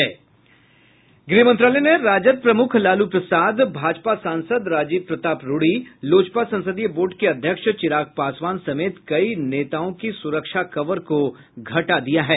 गृह मंत्रालय ने राजद प्रमुख लालू प्रसाद भाजपा सांसद राजीव प्रताप रूड़ी लोजपा संसदीय बोर्ड के अध्यक्ष चिराग पासवान समेत कई नेताओं की सुरक्षा कवर को घटा दिया है